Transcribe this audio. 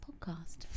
podcast